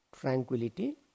tranquility